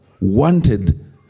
wanted